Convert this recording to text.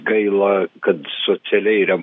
gaila kad socialiai rem